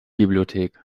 bibliothek